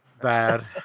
Bad